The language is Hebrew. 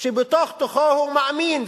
שבתוך-תוכו הוא מאמין,